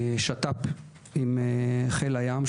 שת"פ עם חיל הים,